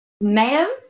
ma'am